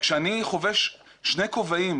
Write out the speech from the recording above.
משהו כשאני חובש שני כובעים,